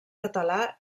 català